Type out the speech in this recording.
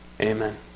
Amen